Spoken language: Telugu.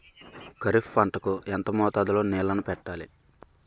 ఖరిఫ్ పంట కు ఎంత మోతాదులో నీళ్ళని పెట్టాలి?